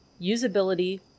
usability